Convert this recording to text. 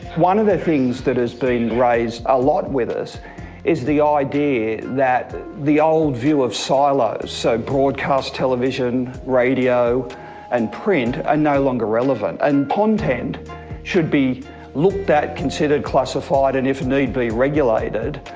one of the things that has been raised a lot with us is the idea that the old view of silo so broadcast television, radio and print are no longer relevant, and content should be looked at, considered, classified and if need be regulated,